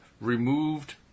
removed